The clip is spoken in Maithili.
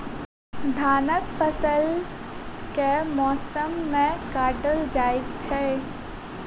धानक फसल केँ मौसम मे काटल जाइत अछि?